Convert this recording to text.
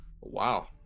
Wow